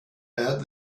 add